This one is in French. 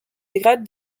dégrade